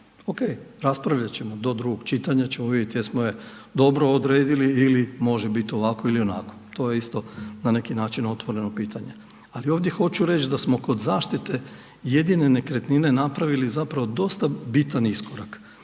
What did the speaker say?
OK, raspravljati ćemo do drugog čitanja ćemo vidjeti jesmo je dobro odredili ili može biti ovako, onako, to je isto na neki način otvoreno pitanje. Ali ovdje hoću reći da smo kod zaštite jedine nekretnine napravili zapravo dosta bitan iskorak